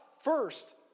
first